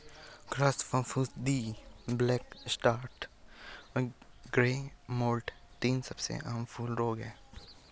ख़स्ता फफूंदी, black spot और ग्रे मोल्ड तीन सबसे आम फूल रोग हैं